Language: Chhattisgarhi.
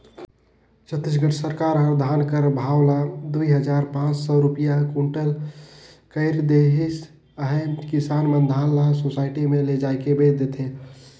छत्तीसगढ़ सरकार ह धान कर भाव ल दुई हजार पाच सव रूपिया कुटल कइर देहिस अहे किसान मन धान ल सुसइटी मे लेइजके बेच देथे